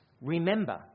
remember